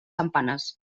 campanes